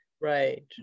right